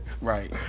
right